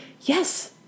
yes